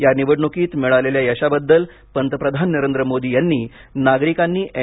या निवडणुकीत मिळालेल्या यशाबद्दल पंतप्रधान नरेंद्र मोदी यांनी नागरिकांनी एन